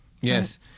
Yes